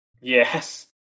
yes